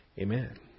Amen